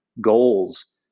goals